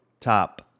top